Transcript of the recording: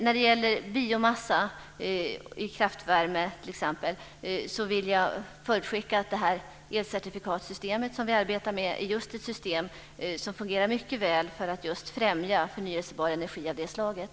När det gäller biomassa i kraftvärme t.ex. vill jag förutskicka att det elcertifikatsystem som vi arbetar med är ett system som fungerar mycket väl för att främja förnyelsebar energi av det slaget.